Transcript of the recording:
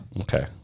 Okay